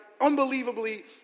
unbelievably